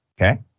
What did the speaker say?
okay